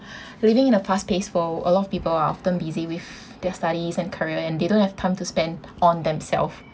living in a fast paced world a lot of people are often busy with their studies and careers and they don't have time to spend on themselves